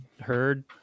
heard